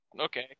Okay